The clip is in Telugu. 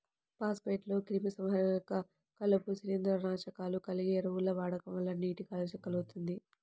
ఫాస్ఫేట్లు, క్రిమిసంహారకాలు, కలుపు, శిలీంద్రనాశకాలు కలిగిన ఎరువుల వాడకం వల్ల నీటి కాలుష్యం కల్గుతుంది